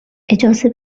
اجازه